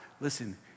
listen